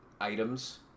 items